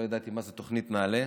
לא ידעתי מה זה תוכנית נעל"ה.